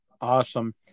Awesome